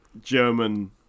German